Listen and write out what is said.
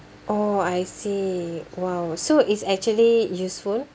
oh I see !wow! so it's actually useful